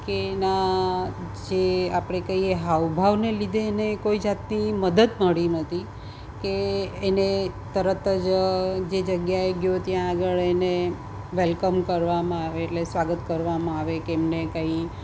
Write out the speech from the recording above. કે એના જે આપણે કહીએ હાવભાવને લીધે એને કોઈ જાતની મદદ મળી નહોતી કે એને તરત જ જે જગ્યાએ ગયો ત્યાં આગળ એને વેલકમ કરવામાં આવે એટલે સ્વાગત કરવામાં આવે કે એમને કાંઈ